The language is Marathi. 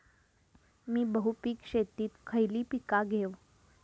मी बहुपिक शेतीत खयली पीका घेव?